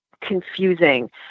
confusing